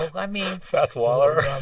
i mean. fats waller?